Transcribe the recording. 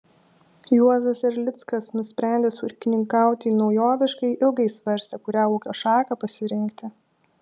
juozas erlickas nusprendęs ūkininkauti naujoviškai ilgai svarstė kurią ūkio šaką pasirinkti